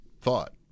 thought